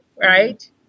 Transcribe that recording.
right